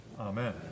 Amen